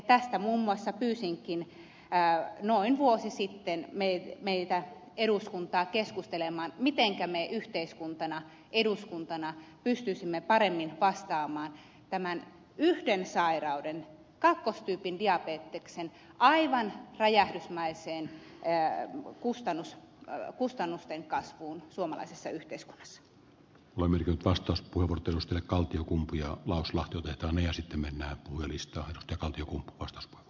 tästä muun muassa pyysinkin noin vuosi sitten meillä eduskuntaa keskustelemaan mitenkä me yhteiskuntana eduskuntana pystyisimme paremmin vastaamaan tämän yhden sairauden kakkostyypin diabeteksen aivan räjähdysmäiseen kustannusten kasvuun suomalaisessa yhteiskunnassa olemme nyt vastaus pulputusta ja kaltiokumpu ja las lohdutetaan ja sittemmin uimista ja kaltiokumpu kostosta